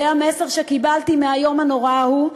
זה המסר שקיבלתי מהיום הנורא ההוא,